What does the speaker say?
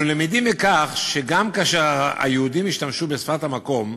אנחנו למדים מכך שגם כאשר היהודים השתמשו בשפת המקום,